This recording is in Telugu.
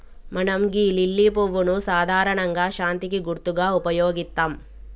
మనం గీ లిల్లీ పువ్వును సాధారణంగా శాంతికి గుర్తుగా ఉపయోగిత్తం